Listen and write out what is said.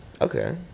Okay